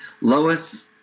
Lois